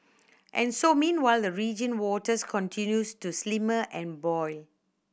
and so meanwhile the region waters continue to slimmer and boil